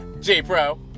J-Pro